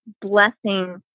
Blessing